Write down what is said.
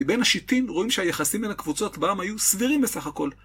מבין השיטין, רואים שהיחסים בין הקבוצות בעם היו סבירים בסך הכל.